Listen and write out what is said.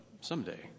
someday